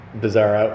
bizarre